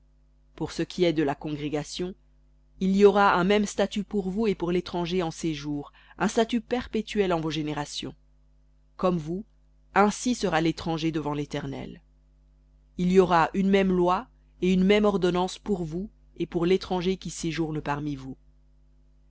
pour ce qui est de la congrégation il y aura un même statut pour vous et pour l'étranger en séjour un statut perpétuel en vos générations comme vous ainsi sera l'étranger devant léternel il y aura une même loi et une même ordonnance pour vous et pour l'étranger qui séjourne parmi vous